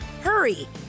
Hurry